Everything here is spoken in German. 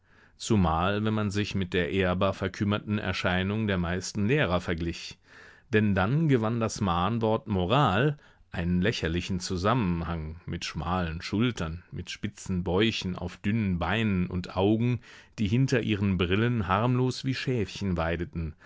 zumal wenn man sich mit der ehrbar verkümmerten erscheinung der meisten lehrer verglich denn dann gewann das mahnwort moral einen lächerlichen zusammenhang mit schmalen schultern mit spitzen bäuchen auf dünnen beinen und augen die hinter ihren brillen harmlos wie schäfchen weideten